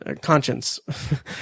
conscience